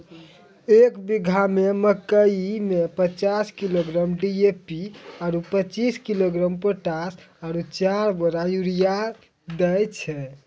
एक बीघा मे मकई मे पचास किलोग्राम डी.ए.पी आरु पचीस किलोग्राम पोटास आरु चार बोरा यूरिया दैय छैय?